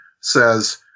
says